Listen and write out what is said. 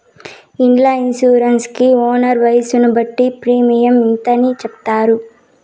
ఇండ్ల ఇన్సూరెన్స్ కి ఓనర్ వయసును బట్టి ప్రీమియం ఇంత అని చెప్తారు